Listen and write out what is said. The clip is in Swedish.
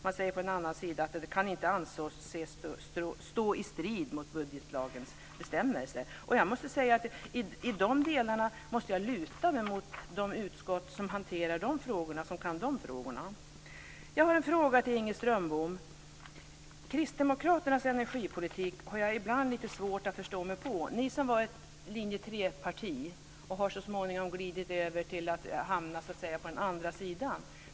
Man säger på en annan sida att det inte kan anses stå i strid mot budgetlagens bestämmelser. Jag måste säga att jag i dessa delar måste luta mig mot de utskott som kan frågorna. Kristdemokraternas energipolitik har jag ibland lite svårt att förstå mig på. Ni som var ett linje 3-parti har så småningom glidit över och hamnat på den andra sidan.